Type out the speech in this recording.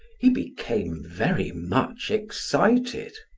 he became very much excited.